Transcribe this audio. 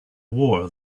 war